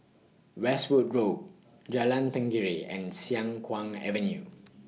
Westwood Road Jalan Tenggiri and Siang Kuang Avenue